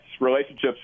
relationships